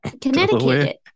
Connecticut